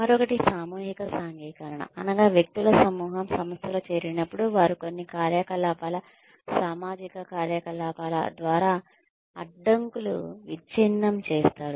మరొకటి సామూహిక సాంఘికీకరణ అనగా వ్యక్తుల సమూహం సంస్థలో చేరినప్పుడు వారు కొన్ని కార్యకలాపాల సామాజిక కార్యకలాపాలు ద్వారా అడ్డంకులు విచ్ఛిన్నం చేస్తారు